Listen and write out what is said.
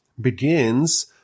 begins